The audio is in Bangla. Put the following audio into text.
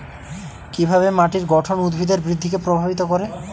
কিভাবে মাটির গঠন উদ্ভিদের বৃদ্ধিকে প্রভাবিত করে?